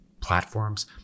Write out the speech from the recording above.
Platforms